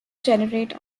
generate